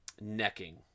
Necking